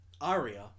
Aria